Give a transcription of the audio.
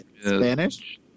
Spanish